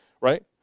Right